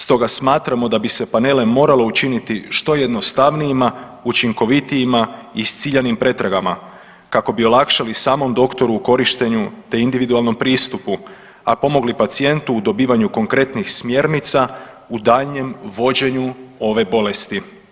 Stoga smatramo da bi se panele moralo učiniti što jednostavnijima, učinkovitijima i s ciljanim pretragama kako bi olakšali samom doktoru u korištenju, te individualnom pristupu, a pomogli pacijentu u dobivanju konkretnih smjernica u daljnjem vođenju ove bolesti.